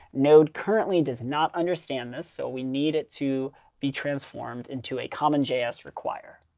node currently does not understand this. so we need it to be transformed into a common js require.